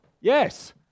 yes